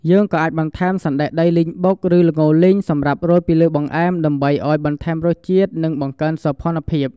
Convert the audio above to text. យើងក៏អាចបន្ថែម សណ្តែកដីលីងបុក ឬ ល្ងរលីង សម្រាប់រោយពីលើបង្អែម ដើម្បីបន្ថែមរសជាតិ និងបង្កើនសោភ័ណភាព។